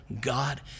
God